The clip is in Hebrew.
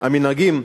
המנהגים,